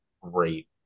great